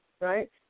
Right